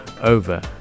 over